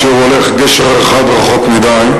שהוא הולך גשר אחד רחוק מדי,